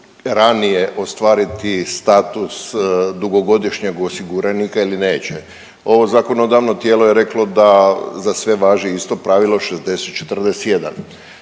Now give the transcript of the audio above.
ranije ostvariti status dugogodišnjeg osiguranika ili neće. Ovo zakonodavno tijelo je reklo da za sve važi isto pravilo, 60-41.